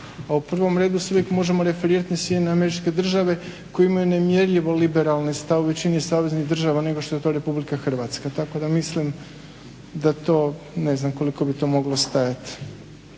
a u prvom redu se uvijek možemo referirati na SAD koje imaju nemjerljivo liberalne stavove u većini saveznih država nego što je to RH. Tako da mislim da to ne znam koliko bi to moglo stajati.